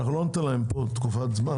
לא ניתן להן פה תקופת זמן,